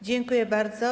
Dziękuję bardzo.